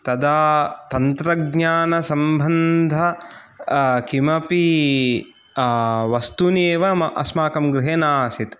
तदा तन्त्रज्ञानसम्बन्धानि किमपि वस्तूनि एव अस्माकं गृहे न आसीत्